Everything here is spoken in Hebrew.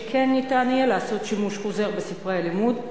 שכן ניתן יהיה לעשות שימוש חוזר בספרי הלימוד,